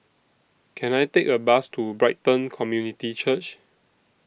Can I Take A Bus to Brighton Community Church